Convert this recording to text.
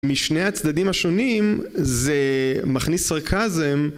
משני הצדדים השונים, זה מכניס סרקזם